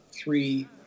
three